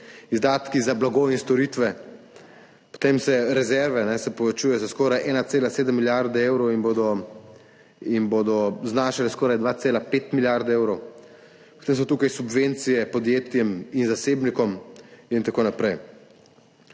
izdatki za blago in storitve, potem se rezerve povečuje za skoraj 1,7 milijarde evrov in bodo znašale skoraj 2,5 milijarde evrov. Potem so tukaj subvencije podjetjem in zasebnikom in tako naprej.